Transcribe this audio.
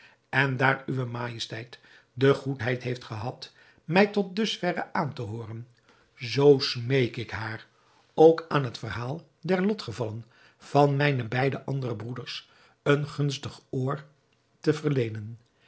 en daar uwe majesteit de goedheid heeft gehad mij tot dus verre aan te hooren zoo smeek ik haar ook aan het verhaal der lotgevallen van mijne beide andere broeders een gunstig oor te verleenen